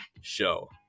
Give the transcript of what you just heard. show